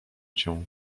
cię